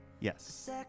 Yes